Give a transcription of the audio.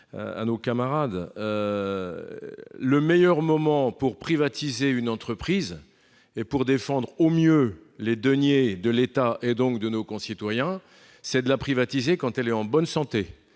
Le meilleur moment pour privatiser une entreprise et pour défendre au mieux les deniers de l'État et, donc, de nos concitoyens, c'est quand elle est en bonne santé